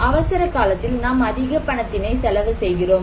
அவசர காலத்தில் நாம் அதிக பணத்தினை செலவு செய்கிறோம்